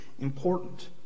important